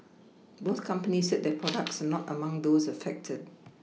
both companies said their products are not among those affected